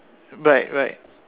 right right